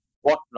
whatnot